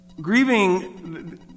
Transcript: Grieving